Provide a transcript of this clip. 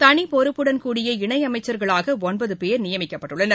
தனி பொறுப்புடன் கூடிய இணையமைச்சர்களாக ஜன்பது பேர் நியமிக்கப்பட்டுள்ளனர்